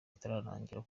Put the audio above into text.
itaratangira